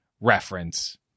reference